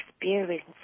experience